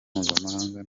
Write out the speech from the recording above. mpuzamahanga